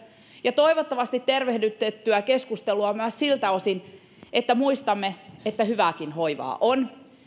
ja toivottavasti tervehdytettyä keskustelua myös siltä osin että muistamme että hyvääkin hoivaa on